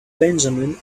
benjamin